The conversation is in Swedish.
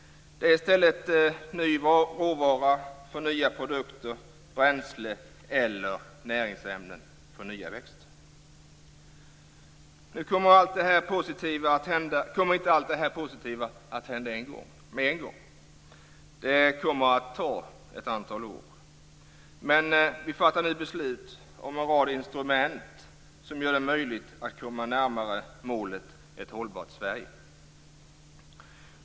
Det är i stället en ny råvara för nya produkter, bränsle eller näringsämnen för nya växter. Nu kommer inte allt detta positiva att hända med en gång. Det kommer att ta ett antal år. Men vi fattar nu beslut om en rad instrument som gör det möjligt att komma närmare målet, ett hållbart Sverige.